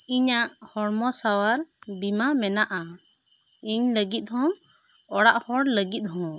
ᱤᱧᱟᱹᱜ ᱦᱚᱲᱢᱚ ᱥᱟᱶᱟᱨ ᱵᱤᱢᱟ ᱢᱮᱱᱟᱜᱼᱟ ᱤᱧ ᱞᱟᱹᱜᱤᱫ ᱦᱚᱸ ᱚᱲᱟᱜ ᱦᱚᱲ ᱞᱟᱹᱜᱤᱫ ᱦᱚᱸ